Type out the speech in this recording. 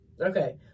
Okay